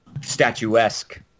statuesque